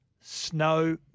snow